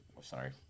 sorry